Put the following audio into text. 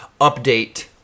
update